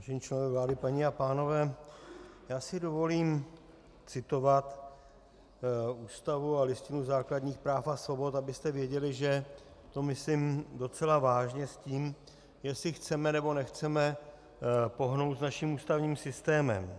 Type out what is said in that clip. Vážení členové vlády, paní a pánové, já si dovolím citovat Ústavu a Listinu základních práv a svobod, abyste věděli, že to myslím docela vážně s tím, jestli chceme, nebo nechceme pohnout naším ústavním systémem.